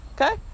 okay